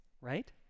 right